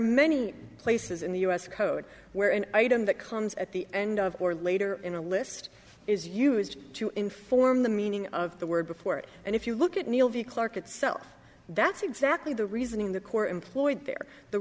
many places in the us code where an item that comes at the end of or later in a list is used to inform the meaning of the word before it and if you look at neil v clarke itself that's exactly the reasoning the court employed there the